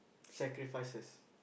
sacrifices